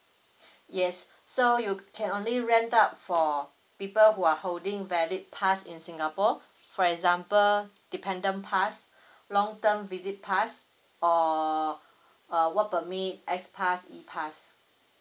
yes so you can only rent out for people who are holding valid pass in singapore for example dependent pass long term visit pass or work permit S pass E pass